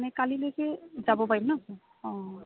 মানে কালিলৈকে যাব পাৰিম ন অঁ